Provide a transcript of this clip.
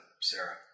Sarah